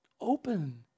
open